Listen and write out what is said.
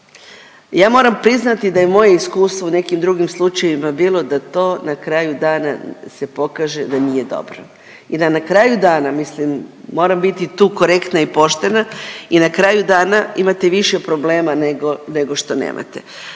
Ja moram priznati da je i moje iskustvo u nekim drugim slučajevima bilo da to na kraju dana se pokaže da nije dobro i da na kraju dana, mislim moram biti tu korektna i poštena i na kraju dana imate više problema nego što nemate,